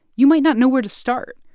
you might not know where to start.